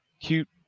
cute